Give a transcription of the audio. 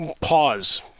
pause